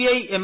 I M